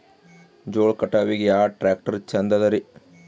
ಜೋಳ ಕಟಾವಿಗಿ ಯಾ ಟ್ಯ್ರಾಕ್ಟರ ಛಂದದರಿ?